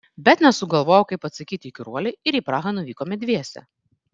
bet nesugalvojau kaip atsakyti įkyruolei ir į prahą nuvykome dviese